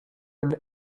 and